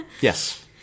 Yes